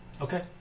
Okay